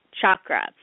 chakra